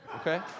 Okay